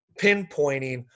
pinpointing